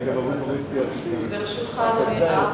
לרשותך, אדוני,